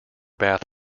bath